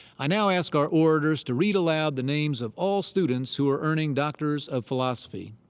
i now ask our orators to read aloud the names of all students who are earning doctors of philosophy.